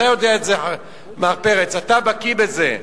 אתה יודע, מר פרץ, אתה בקי בזה,